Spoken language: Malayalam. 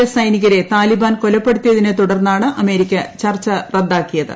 എസ് സൈനികരെ താലിബാൻ കൊലപ്പെടുത്തിയതിനെ തുടർന്നാണ് അമേരിക്ക ചർച്ച റദ്ദാക്കിയത്